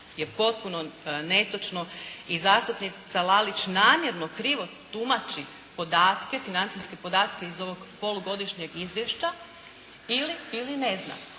je potpuno netočno. I zastupnica Lalić namjerno krivo tumači podatke, financijske podatke iz ovog polugodišnjeg izvješća ili ne zna.